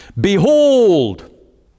Behold